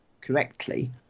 correctly